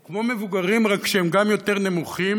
הם כמו מבוגרים, רק שהם גם יותר נמוכים,